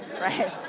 right